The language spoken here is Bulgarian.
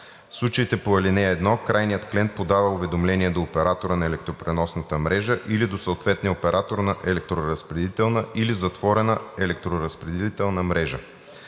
случаите по ал. 1 крайният клиент подава уведомление до оператора на електропреносната мрежа или до съответния оператор на електроразпределителна или затворена електроразпределителна мрежа.